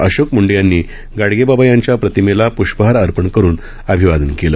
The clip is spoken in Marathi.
अशोक मुंडे यांनी गाडगेबाबा यांच्या प्रतिमेस प्ष्पहार अर्पण करून अभिवादन केलं